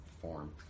form